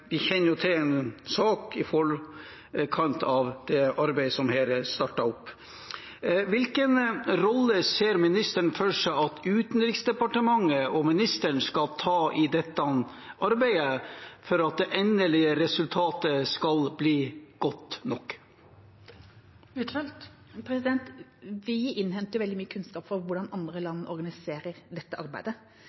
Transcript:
Vi kjenner til en sak i forkant av det arbeidet som her er startet opp. Hvilken rolle ser ministeren for seg at Utenriksdepartementet og ministeren skal ta i dette arbeidet for at det endelige resultatet skal bli godt nok? Vi innhenter veldig mye kunnskap om hvordan andre land organiserer dette arbeidet.